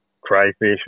crayfish